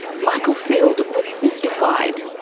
michael field was mystified.